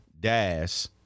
Dash